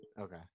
okay